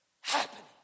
happening